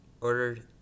ordered